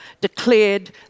declared